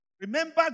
Remember